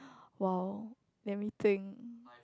!wow! let me think